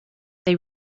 they